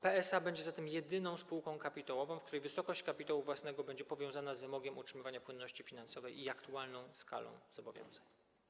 PSA będzie zatem jedyną spółką kapitałową, w której wysokość kapitału własnego będzie powiązana z wymogiem utrzymywania płynności finansowej i aktualną skalą zobowiązań.